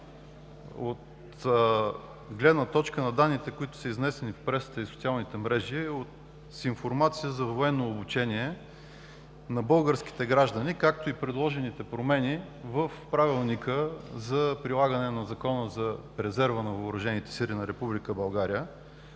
от гледна точка на изнесените данни в пресата и социалните мрежи с информация за военно обучение на българските граждани, както и предложените промени в Правилника за прилагане на Закона за резерва на въоръжените